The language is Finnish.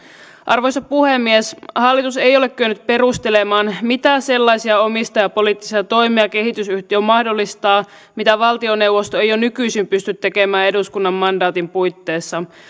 arvoisa puhemies hallitus ei ole kyennyt perustelemaan mitä sellaisia omistajapoliittisia toimia kehitysyhtiö mahdollistaa mitä valtioneuvosto ei jo nykyisin pysty tekemään eduskunnan mandaatin puitteissa